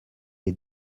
les